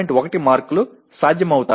1 మార్కులు సాధ్యమవుతాయి